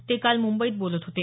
ते काल मुंबईत बोलत होते